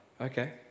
Okay